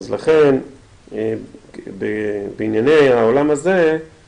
‫אז לכן בענייני העולם הזה...